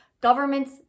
governments